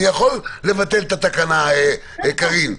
אני יכול לבטל את התקנה, קארין.